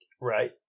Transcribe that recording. Right